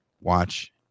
watch